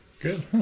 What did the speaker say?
Good